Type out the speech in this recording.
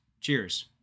Cheers